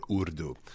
Urdu